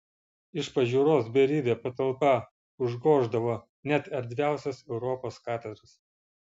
iš pažiūros beribė patalpa užgoždavo net erdviausias europos katedras